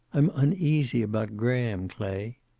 i'm uneasy about graham, clay.